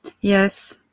Yes